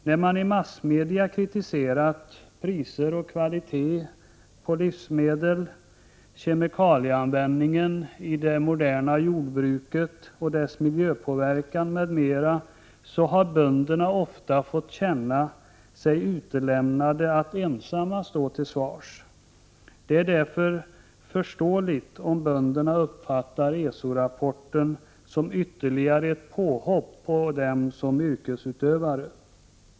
När man i massmedia kritiserat priser och kvalitet på livsmedel, kemikalieanvändningen i det moderna jordbruket och dess miljöpåverkan m.m., så har bönderna ofta fått känna sig utelämnade att ensamma stå till svars. Det är därför förståeligt om bönderna uppfattar ESO-rapporten som ytterligare ett påhopp på dem som yrkesutövare.